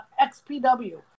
XPW